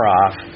off